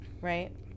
right